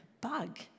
bug